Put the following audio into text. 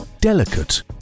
delicate